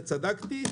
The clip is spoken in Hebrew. וצדקתי,